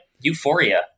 Euphoria